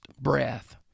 breath